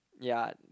ya